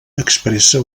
expressa